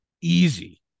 Easy